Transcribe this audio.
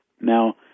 Now